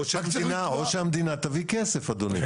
או שהמדינה תביא כסף אדוני.